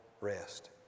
rest